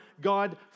God